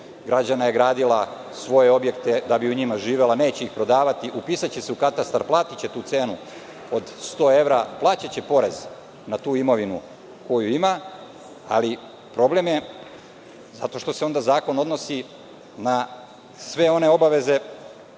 građana je gradila svoje objekte da bi u njima živela, neće ih prodavati, upisaće se u katastar, platiće tu cenu od 100 evra, plaćaće porez na tu imovinu koju ima, ali problem je zato što se onda zakon odnosi na sve one obaveze,